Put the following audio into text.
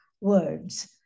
words